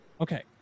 Okay